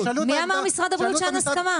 תשאלו את עמדת -- מי אמר ממשרד הבריאות שאין הסכמה?